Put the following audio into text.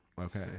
okay